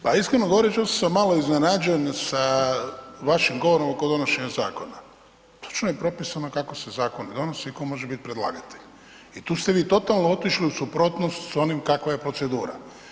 Pa iskreno govoreći, ostao sam malo iznenađen sa vašim govorom oko donošenja zakona, točno je propisano kako se zakon donosi, tko može bit predlagatelj i tu ste vi totalno otišli u suprotnost s onim kakva je procedura.